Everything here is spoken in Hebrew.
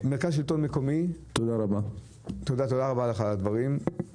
שהשכר של הנהג הוא המרכיב שאפשר שם לוותר,